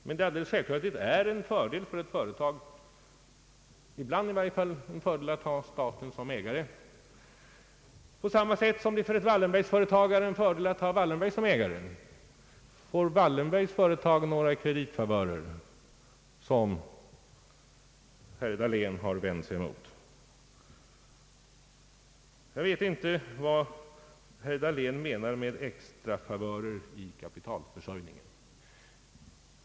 Men det är alldeles självklart en fördel för ett företag, ibland i varje fall, att ha staten som ägare, på samma sätt som det för ett Wallenbergsföretag är en fördel att ha Wallenberg som ägare. Får Wallenbergs företag några kreditfavörer som herr Dahlén har vänt sig emot? Jag vet inte vad herr Dahlén menar med extrafavörer i kapitalförsörjningen.